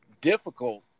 difficult